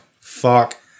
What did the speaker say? fuck